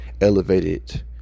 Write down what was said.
elevated